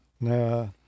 No